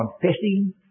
confessing